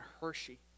Hershey